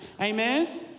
Amen